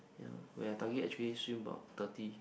yea we had target actually swim about thirty